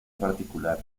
particular